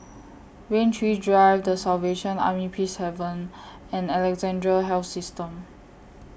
Rain Tree Drive The Salvation Army Peacehaven and Alexandra Health System